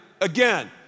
Again